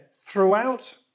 throughout